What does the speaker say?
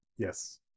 Yes